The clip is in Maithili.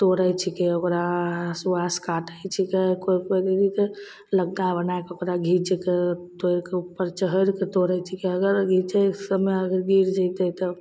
बतोड़ै छिकै ओकरा हँसुआसे काटै छिकै कोइ कोइ दीदी तऽ लग्गा बनैके ओकरा घीचिके तोड़िके उपर चढ़िके तोड़ै छिकै अगर घिचैके समय आरके गिर जएतै तऽ